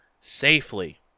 safely